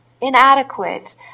inadequate